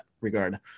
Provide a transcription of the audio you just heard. regard